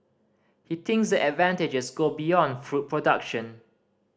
he thinks the advantages go beyond food production